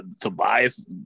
Tobias